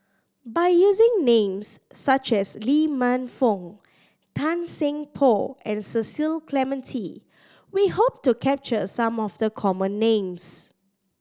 by using names such as Lee Man Fong Tan Seng Poh and Cecil Clementi we hope to capture some of the common names